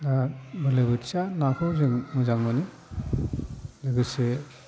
दा बोलोबोथिया नाखौ जों मोजां मोनो लोगोसे